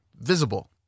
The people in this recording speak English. visible